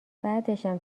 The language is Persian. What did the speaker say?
بعدشم